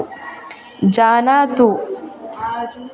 जानातु